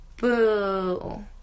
Boo